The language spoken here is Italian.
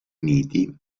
uniti